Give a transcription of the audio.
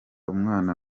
umwana